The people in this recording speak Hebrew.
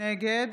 נגד